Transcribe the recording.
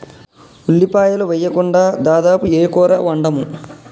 ఉల్లిపాయలు వేయకుండా దాదాపు ఏ కూర వండము